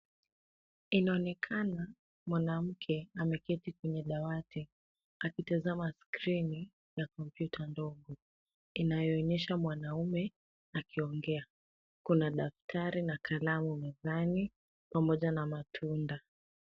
Inaonekana mwanamke ameketi kwenye dawati akitazama skrini ya kompyuta ndogo inayoonyesha mwanaume akiongea. Kuna daftari na kalamu mezani pamoja na matunda.